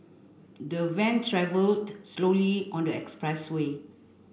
the van travelled slowly on the expressway